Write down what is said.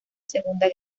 segunda